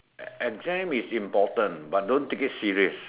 exam is important but don't take it serious